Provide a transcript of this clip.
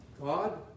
God